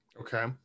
Okay